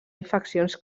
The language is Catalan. infeccions